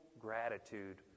gratitude